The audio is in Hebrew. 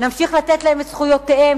נמשיך לתת להם את זכויותיהם,